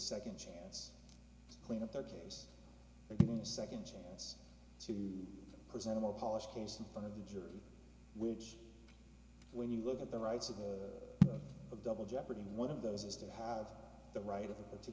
second chance clean up their case for a second chance to present a more polished case in front of the jury which when you look at the rights of a double jeopardy one of those is to have the right to